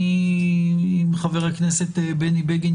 אם חבר הכנסת בני בגין,